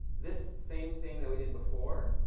this same thing that we did before.